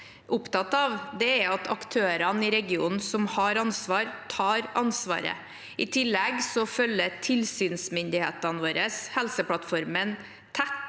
opptatt av, er at de aktørene i regionen som har ansvar, tar det ansvaret. I tillegg følger tilsynsmyndighetene våre Helseplattformen